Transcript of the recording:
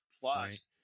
Plus